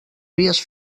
vies